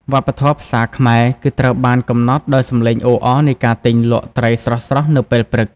វប្បធម៌ផ្សារ ខ្មែរគឺត្រូវបានកំណត់ដោយសំឡេងអ៊ូអរនៃការទិញលក់ត្រីស្រស់ៗនៅពេលព្រឹក។